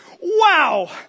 wow